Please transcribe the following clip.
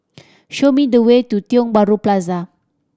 show me the way to Tiong Bahru Plaza